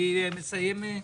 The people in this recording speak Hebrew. אני מסיים.